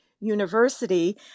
university